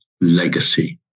legacy